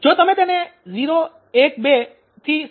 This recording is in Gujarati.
જો તમે તેને 0 1 2